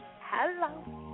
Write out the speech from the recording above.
Hello